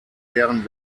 deren